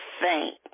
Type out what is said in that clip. faint